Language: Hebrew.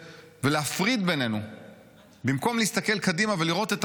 ולהפריד בינינו במקום להסתכל קדימה ולראות את